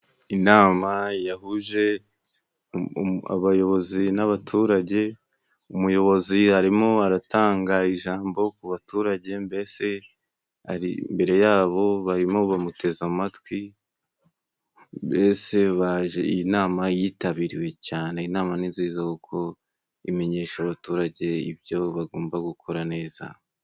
Inama yahuje abayobozi n'abaturage umuyobozi arimo aratanga ijambo ku baturage mbese ari imbere yabo barimo bamuteze amatwi mbese baje iyi nama yitabiriwe cyane inama ni nziza kuko imenyesha abaturage ibyo bagomba gukora neza.